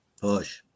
Push